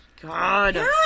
God